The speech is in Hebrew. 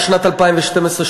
בשנת 2012,